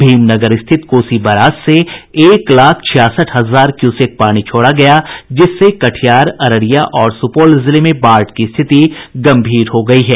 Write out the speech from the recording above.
भीमनगर स्थित कोसी बराज से एक लाख छियासठ हजार क्यूसेक पानी छोड़ा गया जिससे कटिहार अररिया और सुपौल जिले में बाढ़ की स्थिति गंभीर हो गयी है